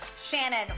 Shannon